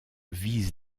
vise